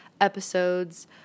episodes